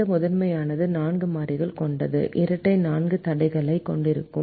இந்த முதன்மையானது நான்கு மாறிகள் கொண்டது இரட்டை நான்கு தடைகளைக் கொண்டிருக்கும்